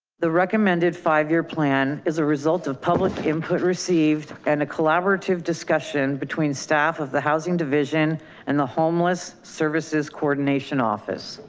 the recommended five year plan is a result of public input received and a collaborative discussion between staff of the housing division and the homeless services coordination office.